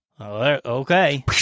Okay